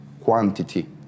quantity